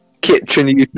Kitchen